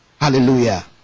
Hallelujah